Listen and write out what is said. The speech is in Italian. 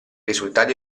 risultati